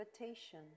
invitation